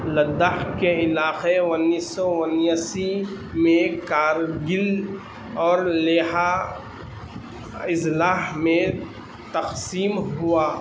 لداخ کے علاقے انیس سو اناسی میں کارگل اور لیہہ اضلاع میں تقسیم ہوا